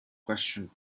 questioned